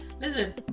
Listen